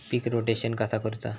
पीक rotation कसा करूचा?